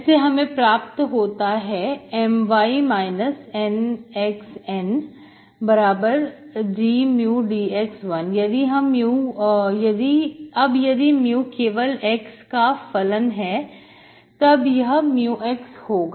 इससे हमें प्राप्त होता है My NxNdμdx 1 अब यदि mu केवल x का फलन है तब यह μx होगा